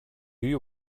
you